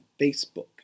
Facebook